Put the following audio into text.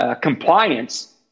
compliance